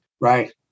Right